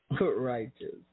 Righteous